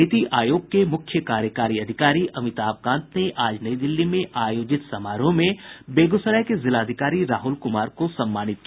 नीति आयोग के मुख्य कार्यकारी अधिकारी अमिताभ कांत ने आज नई दिल्ली में आयोजित समारोह में बेगूसराय के जिलाधिकारी राहुल कुमार को सम्मानित किया